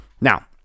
Now